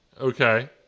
Okay